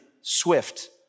swift